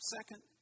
Second